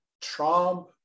Trump